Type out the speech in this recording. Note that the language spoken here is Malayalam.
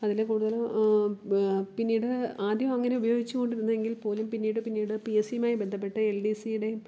അതിൽ കൂടുതലും പിന്നീട് ആദ്യമങ്ങനെ ഉപയോഗിച്ചു കൊണ്ടിരുന്നെങ്കിൽപ്പോലും പിന്നീട് പിന്നീട് പീ എസ് സീയുമായി ബന്ധപ്പെട്ട് എൽ ഡീ സിയുടെയും